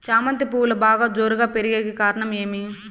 చామంతి పువ్వులు బాగా జోరుగా పెరిగేకి కారణం ఏమి?